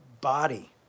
body